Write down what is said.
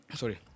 sorry